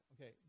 Okay